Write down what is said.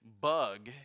bug